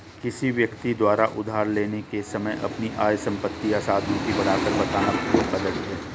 किसी व्यक्ति द्वारा उधार लेने के समय अपनी आय, संपत्ति या साधनों की बढ़ाकर बताना बंधक धोखाधड़ी है